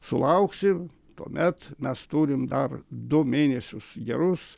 sulauksim tuomet mes turim dar du mėnesius gerus